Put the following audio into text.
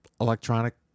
electronic